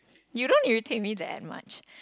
you don't did you think me that much